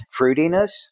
fruitiness